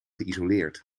geïsoleerd